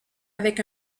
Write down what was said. avec